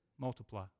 multiply